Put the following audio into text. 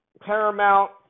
Paramount